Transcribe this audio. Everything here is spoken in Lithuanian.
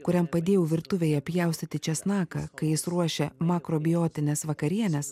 kuriam padėjau virtuvėje pjaustyti česnaką kai jis ruošė makrobiotines vakarienes